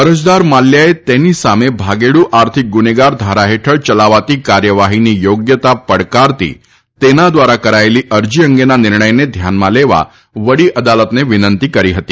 અરજદાર માલ્યાએ તેની સામે ભાગેડુ આર્થિક ગુનેગાર ધારા હેઠળ યલાવાતી કાર્યવાહીની યોગ્યતા પડકારતી તેના દ્વારા કરાયેલી અરજી અંગેના નિર્ણયને ધ્યાનમાં લેવા વડી અદાલતને વિનંતી કરી હતી